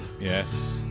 Yes